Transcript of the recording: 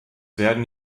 werden